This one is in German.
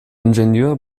ingenieur